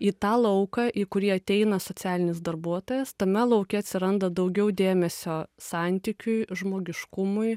į tą lauką į kurį ateina socialinis darbuotojas tame lauke atsiranda daugiau dėmesio santykiui žmogiškumui